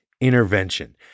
Intervention